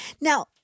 Now